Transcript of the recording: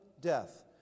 death